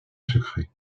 secret